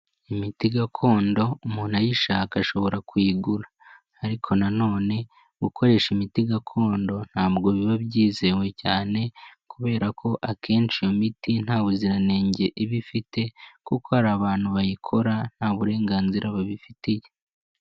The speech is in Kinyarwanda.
Imiti gakondo umuntu ayishaka ashobora kuyigura. Ariko na none gukoresha imiti gakondo ntabwo biba byizewe cyane kubera ko akenshi iyo miti nta buziranenge iba ifite, kuko hari abantu bayikora nta burenganzira babifitiye.